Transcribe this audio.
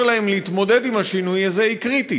להם להתמודד עם השינוי הזה היא קריטית.